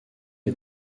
est